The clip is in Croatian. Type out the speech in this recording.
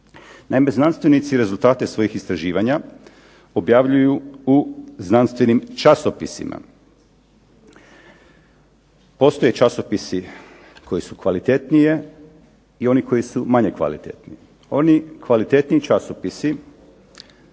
Naime, znanstvenici rezultate svojih istraživanja objavljuju u znanstvenih časopisima. Postoje časopisi koji su kvalitetniji i oni koji su manje kvalitetni. Oni kvalitetniji časopisi